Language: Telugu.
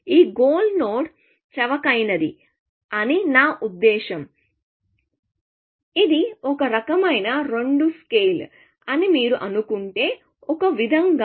ఈ గోల్ నోడ్ చవకైనదిఅని నా ఉద్దేశ్యం ఇది ఒక రకమైన రెండు స్కేల్ అని మీరు అనుకుంటే ఒక విధంగా